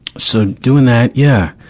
so doing that, yeah.